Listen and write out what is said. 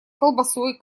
колбасой